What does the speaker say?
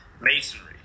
Masonry